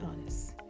honest